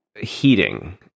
heating